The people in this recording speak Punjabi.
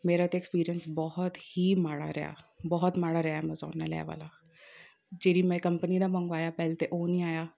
ਮੇਰਾ ਤਾਂ ਐਕਸਪੀਰੀਅਸ ਬਹੁਤ ਹੀ ਮਾੜਾ ਰਿਹਾ ਬਹੁਤ ਮਾੜਾ ਰਿਹਾ ਐਮਾਜ਼ੋਨ ਵਾਲਿਆ ਵਾਲਾ ਜਿਹੜੀ ਮੈਂ ਕੰਪਨੀ ਦਾ ਮੰਗਵਾਇਆ ਪਹਿਲਾਂ ਤਾਂ ਉਹ ਨਹੀਂ ਆਇਆ